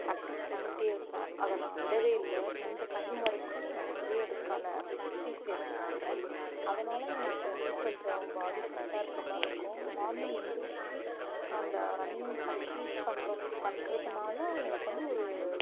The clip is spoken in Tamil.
பிராக்டிஸ் பண்ணிகிட்டே இருப்பேன் அதை நான் விடவே இல்லை இந்த டைம் வரைக்கும் நான் வந்து அதுக்கான பிராக்டிஸ் எடுத்துட்டுருக்கேன் அதனால் எனக்கு வந்து கொஞ்சம் பாடி ஃபிட்டாக இருக்கற மார்ருக்கும் மார்னிங் எழுந்திருச்சி நான் அந்த ரன்னிங் பிராக்டிஸ் பண்ணுறோப் பண்ணுறதுனால எனக்கு வந்து ஒரு